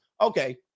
Okay